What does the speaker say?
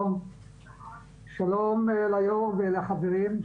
שלום ליו"ר ולחברים.